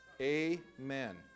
Amen